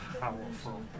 powerful